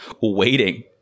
waiting